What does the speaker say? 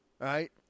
right